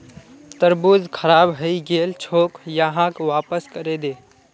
तरबूज खराब हइ गेल छोक, यहाक वापस करे दे